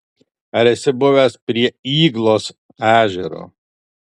ar esi buvęs prie yglos ežero